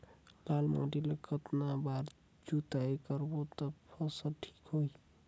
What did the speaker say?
लाल माटी ला कतना बार जुताई करबो ता फसल ठीक होती?